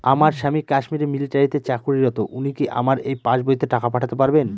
আমার স্বামী কাশ্মীরে মিলিটারিতে চাকুরিরত উনি কি আমার এই পাসবইতে টাকা পাঠাতে পারবেন?